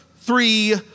three